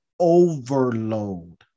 Overload